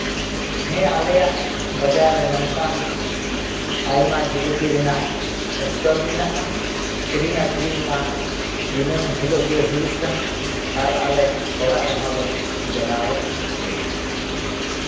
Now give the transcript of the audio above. ᱦᱮᱸ ᱟᱞᱮᱭᱟᱜ ᱵᱟᱡᱟᱨ ᱨᱮᱱ ᱱᱚᱝᱠᱟᱱ ᱟᱭᱢᱟ ᱡᱷᱤᱞᱟᱹᱯᱤ ᱨᱮᱱᱟᱜ ᱥᱴᱚᱞ ᱢᱮᱱᱟᱜᱼᱟ ᱠᱤᱨᱤᱧᱼᱟᱠᱷᱨᱤᱧ ᱢᱟ ᱫᱤᱱᱟᱹᱢ ᱦᱤᱞᱳᱜ ᱜᱮ ᱦᱩᱭᱩᱜ ᱠᱟᱱᱟ ᱟᱨ ᱟᱞᱮ ᱚᱲᱟᱜ ᱨᱮᱦᱚᱸ ᱞᱮ ᱵᱮᱱᱟᱣᱮᱫ ᱜᱮᱭᱟ